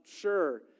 sure